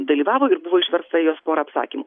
dalyvavo ir buvo išversta jos porą apsakymų